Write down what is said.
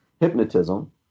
hypnotism